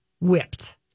whipped